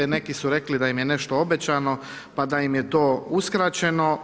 Neki su rekli da im je nešto obećano, pa da im je to uskraćeno.